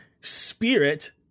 Spirit